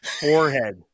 forehead